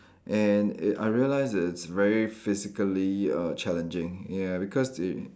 and it I realised that it's very physically uh challenging ya because it